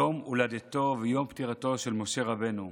יום הולדתו ויום פטירתו של משה רבנו.